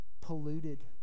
polluted